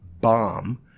bomb